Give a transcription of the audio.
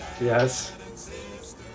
yes